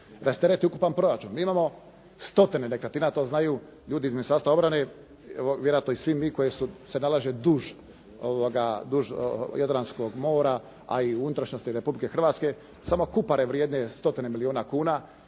rastereti ukupan proračun. Mi imamo stotine nekretnina. To znaju ljudi iz Ministarstva obrane, vjerojatno i svi mi koji se nalaze duž Jadranskog mora, a i u unutrašnjosti Republike Hrvatske. Samo Kupare vrijedne stotine milijuna kuna